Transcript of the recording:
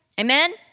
Amen